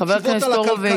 חבר הכנסת הורוביץ,